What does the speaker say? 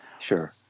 Sure